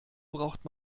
braucht